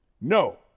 No